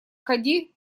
хади